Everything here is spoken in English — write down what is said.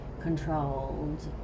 controlled